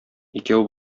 икәү